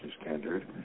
standard